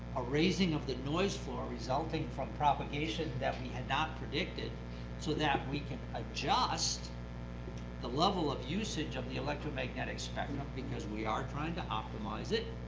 a raising of the noise floor resulting from propagation that we had not predicted so that we can adjust the level of usage of the electromagnetic spectrum, because we are trying to optimize it,